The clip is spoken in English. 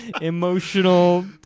emotional